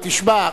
תשמע,